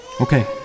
Okay